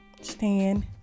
stand